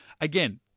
again